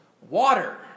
Water